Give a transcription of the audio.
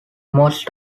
most